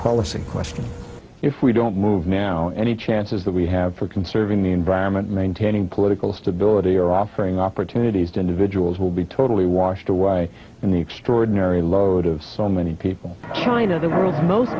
policy question if we don't move now any chances that we have for conserving the environment maintaining political stability or offering opportunities to individuals will be totally washed away in the extraordinary load of so many people trying to do most